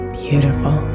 beautiful